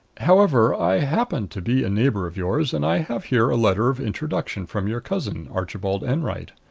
however, i happen to be a neighbor of yours, and i have here a letter of introduction from your cousin, archibald enwright.